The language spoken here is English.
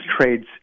trade's